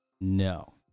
No